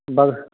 बल